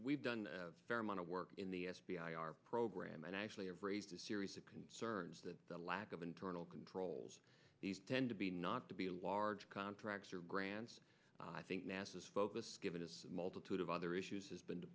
we've done a fair amount of work in the f b i our program actually raised a series of concerns that the lack of internal controls these tend to be not to be large contracts or grants i think nasa is focused given a multitude of other issues has been to